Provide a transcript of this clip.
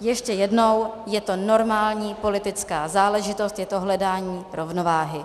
Ještě jednou, je to normální politická záležitost, je to hledání rovnováhy.